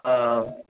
ஆ